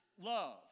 love